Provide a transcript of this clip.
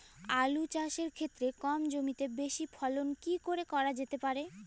আলু চাষের ক্ষেত্রে কম জমিতে বেশি ফলন কি করে করা যেতে পারে?